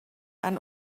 and